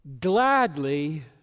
gladly